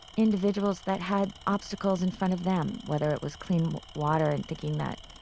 individuals that had obstacles in front of them, whether it was clean water and thinking that,